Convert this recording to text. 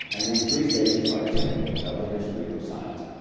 and these three stages are typical of the history of science.